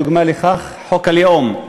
דוגמה לכך, חוק הלאום,